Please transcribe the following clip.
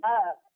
up